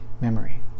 memory